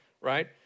right